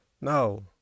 No